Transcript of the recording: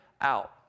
out